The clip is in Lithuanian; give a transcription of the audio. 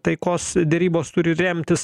taikos derybos turi remtis